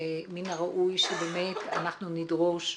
שמין הראוי שבאמת אנחנו נדרוש מהקבלנים.